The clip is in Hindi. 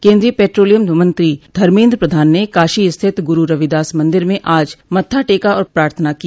केन्द्रीय पेट्रोलियम मंत्री धमेन्द्र प्रधान ने काशी स्थित गुरू रविदास मंदिर में आज मत्था टेका और प्रार्थना की